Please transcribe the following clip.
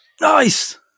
Nice